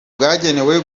bwagenewe